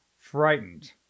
frightened